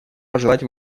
пожелать